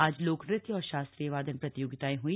आज लोकनृत्य और शास्त्रीय वादन प्रतियोगिता हई